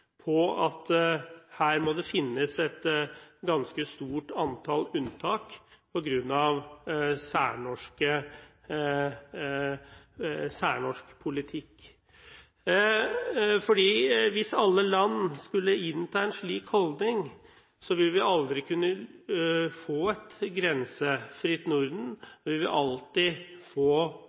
på at her må det finnes et ganske stort antall unntak, på grunn av særnorsk politikk. Hvis alle land skulle innta en slik holdning, ville vi aldri kunne få et grensefritt Norden, vi ville alltid få